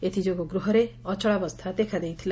ଏଥିଯୋଗୁଁ ଗୃହରେ ଅଚଳାବସ୍କା ଦେଖା ଦେଇଥିଲା